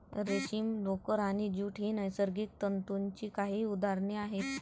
रेशीम, लोकर आणि ज्यूट ही नैसर्गिक तंतूंची काही उदाहरणे आहेत